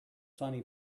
funny